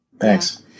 Thanks